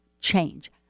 change